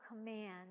command